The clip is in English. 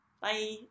bye